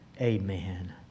amen